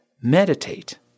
Meditate